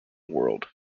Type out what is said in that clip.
world